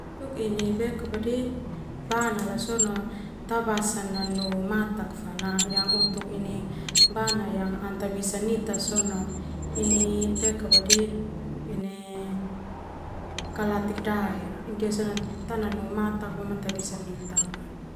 Untuk ini banala sona tabasan nanu mata fa na yang untuk ini bana yang bisa nita sona ini ini kalatik dae. Ndia sona tananu mata boema ana tabisa nita.